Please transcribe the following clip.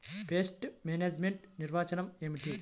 Pest management నిర్వచనం ఏమిటి?